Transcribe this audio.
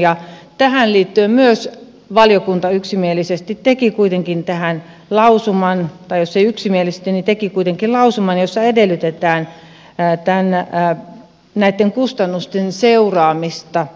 myös tähän liittyen valiokunta yksimielisesti teki tähän lausuman tai jos ei yksimielisesti niin teki kuitenkin lausuman jossa edellytetään näitten kustannusten seuraamista